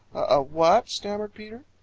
a what? stammered peter.